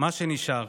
מה שנשאר.